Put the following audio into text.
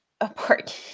apart